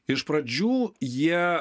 iš pradžių jie